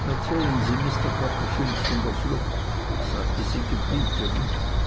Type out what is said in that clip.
erzählen sie mr copperfield von der flucht sagte sie